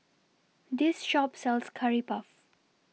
This Shop sells Curry Puff